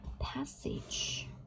passage